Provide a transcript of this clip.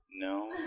No